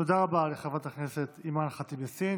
תודה רבה לחברת הכנסת אימאן ח'טיב יאסין.